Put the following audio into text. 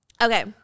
Okay